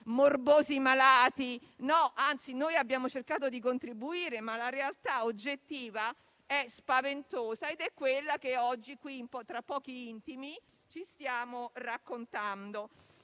morbosi e malati; anzi, noi abbiamo cercato di contribuire, ma la realtà oggettiva è spaventosa ed è quella che oggi qui, tra pochi intimi, ci stiamo raccontando.